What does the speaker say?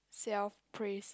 self praise